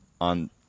on